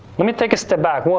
let me take a step back.